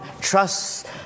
trust